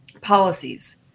policies